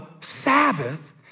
Sabbath